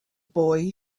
boy